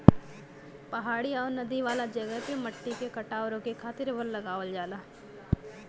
पहाड़ी आउर नदी वाला जगह पे मट्टी के कटाव रोके खातिर वन लगावल जाला